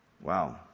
Wow